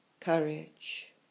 courage